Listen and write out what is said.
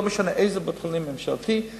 לא משנה איזה בית-חולים ממשלתי,